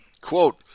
quote